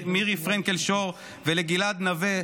מירי פרנקל-שור וגלעד נוה,